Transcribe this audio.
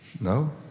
No